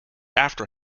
after